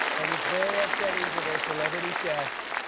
and it's very upsetting to their celebrity chefs.